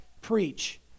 preach